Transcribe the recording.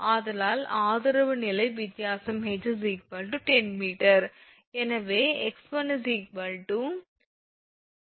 ஆதலால் ஆதரவு நிலை வித்தியாசம் ℎ 10 𝑚